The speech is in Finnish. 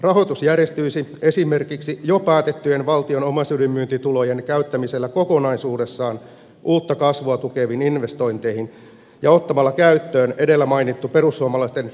rahoitus järjestyisi esimerkiksi jo päätettyjen valtion omaisuuden myyntitulojen käyttämisellä kokonaisuudessaan uutta kasvua tukeviin investointeihin ja ottamalla käyttöön edellä mainittu perussuomalaisten kehitysapurahasto